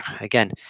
again